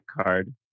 card